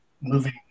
moving